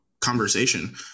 conversation